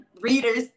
readers